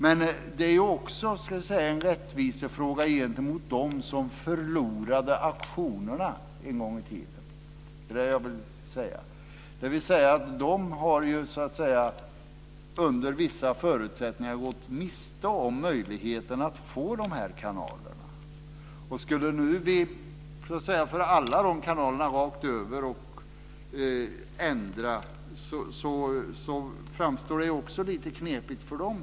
Men det är också en rättvisefråga gentemot dem som förlorade auktionerna en gång i tiden. Det är det jag vill säga. De har ju under vissa förutsättningar gått miste om möjligheten att få dessa kanaler. Skulle förutsättningarna nu ändras för alla kanaler rakt över framstår det också som lite knepigt för dem.